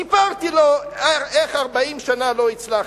סיפרתי לו איך 40 שנה לא הצלחנו,